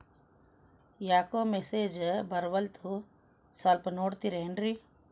ಯಾಕೊ ಮೆಸೇಜ್ ಬರ್ವಲ್ತು ಸ್ವಲ್ಪ ನೋಡ್ತಿರೇನ್ರಿ?